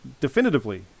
definitively